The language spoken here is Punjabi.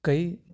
ਕਈ